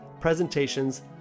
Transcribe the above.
presentations